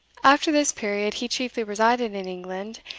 after this period, he chiefly resided in england,